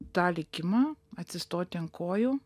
tą likimą atsistoti ant kojų